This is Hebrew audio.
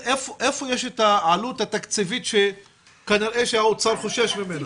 איפה יש את העלות את התקציבית שכנראה האוצר חושש ממנה?